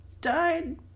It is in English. died